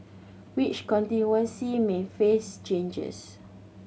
which may face changes